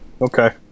Okay